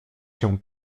się